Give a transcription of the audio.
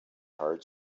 heart